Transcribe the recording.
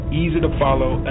easy-to-follow